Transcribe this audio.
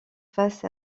face